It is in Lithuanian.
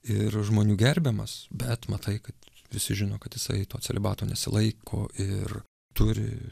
ir žmonių gerbiamas bet matai kad visi žino kad jisai to celibato nesilaiko ir turi